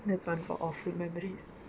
that's [one] for awful memories